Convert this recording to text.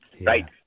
right